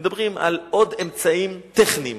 מדברים על עוד אמצעים טכניים,